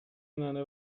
ننه